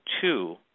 two